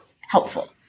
helpful